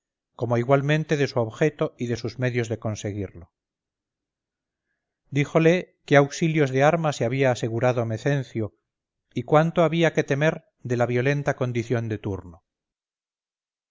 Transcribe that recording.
como igualmente de su objeto y de sus medios de conseguirlo díjole qué auxilios de armas se había asegurado mecencio y cuánto había que temer de la violenta condición de turno